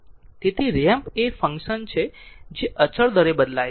તેથી રેમ્પ એ એક ફંક્શન છે જે અચળ દરે બદલાય છે